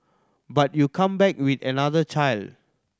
but you come back with another child